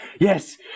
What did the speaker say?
yes